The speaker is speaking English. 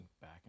back